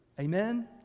Amen